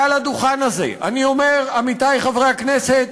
מעל הדוכן הזה אני אומר: עמיתי חברי הכנסת,